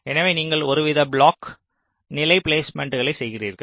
எனவே நீங்கள் ஒருவித பிளாக் நிலை பிலேஸ்மேன்ட் செய்கிறீர்கள்